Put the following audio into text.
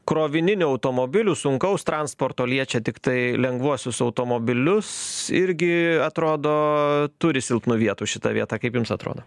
krovininių automobilių sunkaus transporto liečia tiktai lengvuosius automobilius irgi atrodo turi silpnų vietų šita vieta kaip jums atrodo